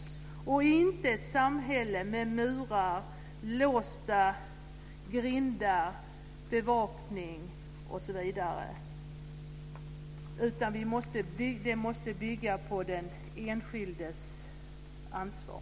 Vi vill inte ha ett samhälle med murar, låsta grindar, bevakning osv., utan det måste bygga på den enskildes ansvar.